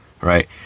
right